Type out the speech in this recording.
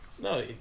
No